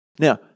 Now